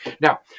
Now